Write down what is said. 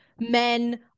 men